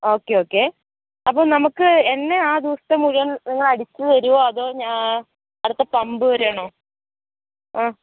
okay okay അപ്പോൾ നമുക്ക് എണ്ണ ആ ദിവസത്തെ മുഴുവൻ നിങ്ങൾ അടിച്ചു തരുമോ അതോ അടുത്ത പമ്പ് വരെയാണോ ആ